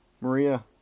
Maria